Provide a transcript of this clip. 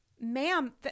Ma'am